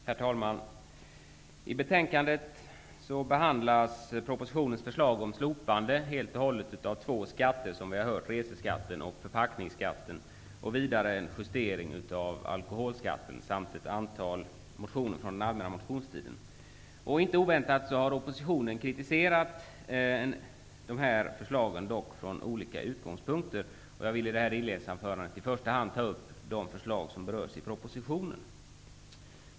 Herr talman! I betänkandet behandlas propositionens förslag om slopande av två skatter, reseskatten och förpackningsskatten, och en justering av alkoholskatten samt ett antal motioner från den allmänna motionstiden. Det var inte oväntat att dessa förslag kritiseras av oppositionen, dock från olika utgångspunkter. Jag vill i mitt anförande i första hand ta upp de förslag som berörs i propositionen.